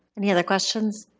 any other questions?